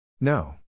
No